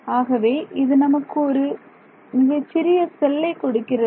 ஆகவே இது நமக்கு ஒரு மிகச்சிறிய செல்லை கொடுக்கிறது